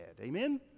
Amen